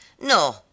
No